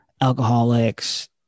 alcoholics